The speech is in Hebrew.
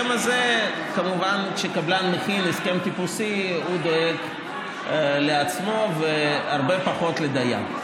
וכמובן כשקבלן מכין הסכם טיפוסי הוא דואג לעצמו והרבה פחות לדייר.